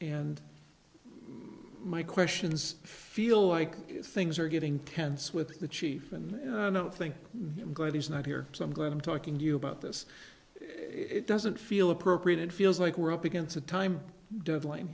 and my questions feel like things are getting tense with the chief and i don't think i'm glad he's not here so i'm glad i'm talking to you about this it doesn't feel appropriate it feels like we're up against a time d